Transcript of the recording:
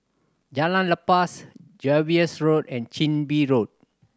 Jalan Lepas Jervois Road and Chin Bee Road